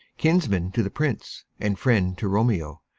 kinsman to the prince, and friend to romeo.